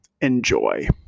Enjoy